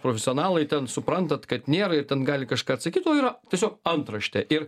profesionalai ten suprantat kad nėra ir ten gali kažką atsakyt o yra tiesiog antraštė ir